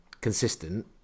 consistent